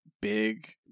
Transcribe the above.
big